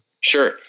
Sure